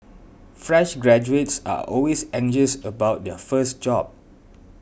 fresh graduates are always anxious about their first job